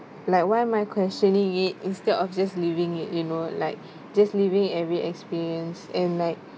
like why am I questioning it instead of just living it you know like just living every experience and like